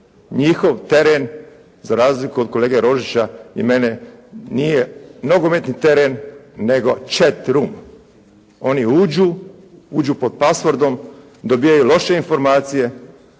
Njihov teren za razliku od kolege Rožića i mene nije nogometni teren nego «chat room». Oni uđu, uđu pod paswordom, dobijaju loše informacije